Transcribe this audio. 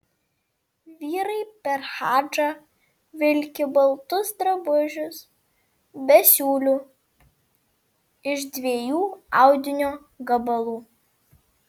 vyrai per hadžą vilki baltus drabužius be siūlių iš dviejų audinio gabalų